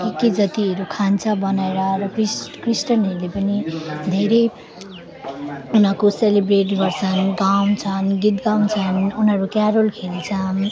के के जातिहरू खान्छ बनाएर र क्रिस क्रिस्चियनहरूले पनि धेरै उनीहरूको सेलिब्रेट गर्छन् गाउँछन् गीत गाउँछन् उनीहरू क्यारल खेल्छन्